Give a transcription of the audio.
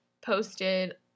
posted